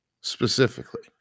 specifically